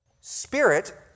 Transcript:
Spirit